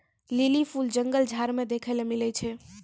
lily फूल जंगल झाड़ मे देखै ले मिलै छै